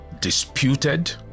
disputed